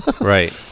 Right